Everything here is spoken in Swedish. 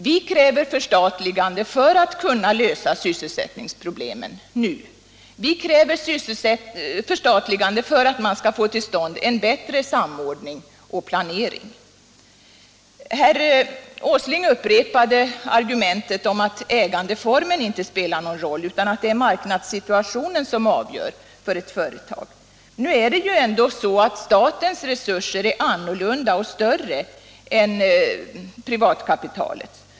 Vi kräver förstatligande för att kunna lösa sysselsättningsproblemen nu, vi kräver förstatligande för att man skall få till stånd en bättre samordning och planering. Herr Åsling upprepade argumentet att ägandeformen inte spelar någon roll, utan att det är marknadssituationen som är avgörande för ett företag. Nu är ändå statens resurser annorlunda och större än privatkapitalets.